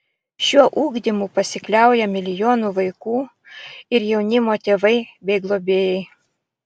šiuo ugdymu pasikliauja milijonų vaikų ir jaunimo tėvai bei globėjai